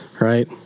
right